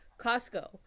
Costco